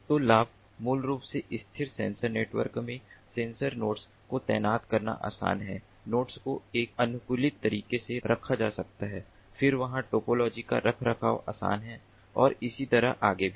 तो लाभ मूल रूप से स्थिर सेंसर नेटवर्क में सेंसर नोड्स को तैनात करना आसान है नोड्स को एक अनुकूलित तरीके से रखा जा सकता है फिर वहां टोपोलॉजी का रखरखाव आसान है और इसी तरह आगे भी